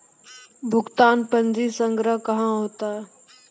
भुगतान पंजी संग्रह कहां होता हैं?